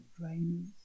drainers